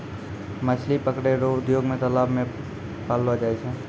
मछली पकड़ै रो उद्योग मे तालाब मे पाललो जाय छै